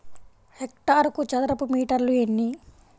హెక్టారుకు చదరపు మీటర్లు ఎన్ని?